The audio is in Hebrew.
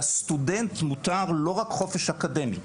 לסטודנט מותר לא רק חופש אקדמי.